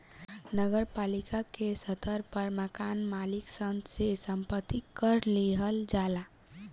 नगर पालिका के स्तर पर मकान मालिक सन से संपत्ति कर लिहल जाला